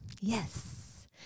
Yes